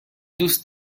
دوست